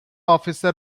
officer